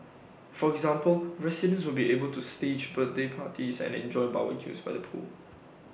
for example residents will be able to stage birthday parties and enjoy barbecues by the pool